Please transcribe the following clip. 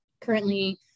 currently